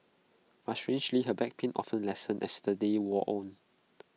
but strangely her back pain often lessened as the day wore on